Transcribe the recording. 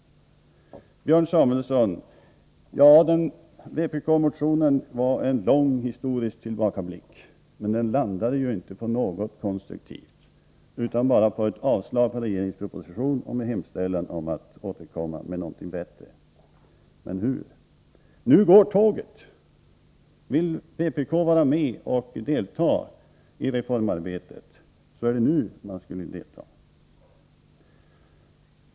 Till Björn Samuelson vill jag säga att vpk-motionen var en lång historisk tillbakablick. Den utmynnar inte i något konstruktivt utan bara i ett avslag på regeringens proposition och en hemställan om att regeringen skulle återkomma med någonting bättre. Men hur skall det ske? Nu går tåget. Vill vpk vara med och delta i reformarbetet måste det deltagandet ske nu.